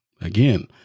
Again